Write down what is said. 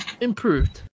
improved